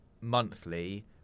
monthly